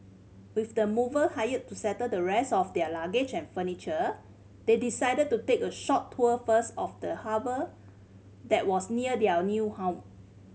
with the mover hired to settle the rest of their luggage and furniture they decided to take a short tour first of the harbour that was near their new home